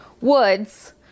woods